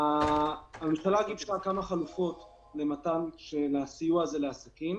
הממשלה גיבשה כמה חלופות למתן של הסיוע הזה לעסקים,